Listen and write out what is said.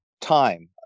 Time